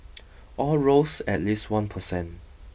all rose at least one percent